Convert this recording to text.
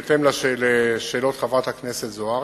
בהתאם לשאלות חברת הכנסת זוארץ,